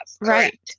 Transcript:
Right